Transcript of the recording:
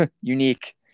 unique